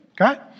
okay